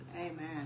Amen